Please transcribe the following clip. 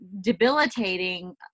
debilitating